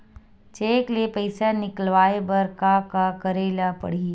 Cheque ले पईसा निकलवाय बर का का करे ल पड़हि?